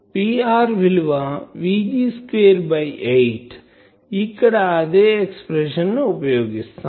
Pr విలువ Vg square by 8 ఇక్కడ అదే ఎక్సప్రెషన్ ఉపయోగిస్తాం